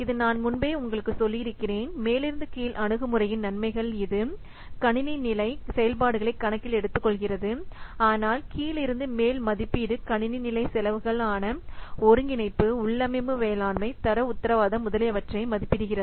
இது நான் முன்பே உங்களுக்குச் சொல்லியிருக்கிறேன் மேலிருந்து கீழ் அணுகுமுறையின் நன்மைகள் இது கணினி நிலை செயல்பாடுகளை கணக்கில் எடுத்துக்கொள்கிறது ஆனால் கீழிருந்து மேல் மதிப்பீடு கணினி நிலை செலவுகள் ஆன ஒருங்கிணைப்பு உள்ளமைவு மேலாண்மை தர உத்தரவாதம் முதலியவற்றை மதிப்பிடுகிறது